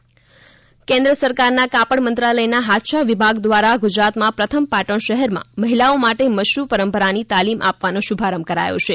પાટણનું પટોળું કેન્દ્ર સરકારના કાપડ મંત્રાલયના હાથશાળ વિભાગ દ્વારા ગુજરાતમાં પ્રથમ પાટણ શહેરમાં મહિલાઓ માટે મશરૂ પરંપરાની તાલીમ આપવાનો શુભારંભ કરાયો છે